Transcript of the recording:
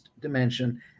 dimension